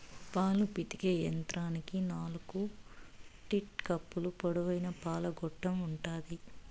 పాలు పితికే యంత్రానికి నాలుకు టీట్ కప్పులు, పొడవైన పాల గొట్టం ఉంటాది